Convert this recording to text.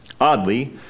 Oddly